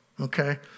Okay